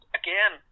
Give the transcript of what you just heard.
again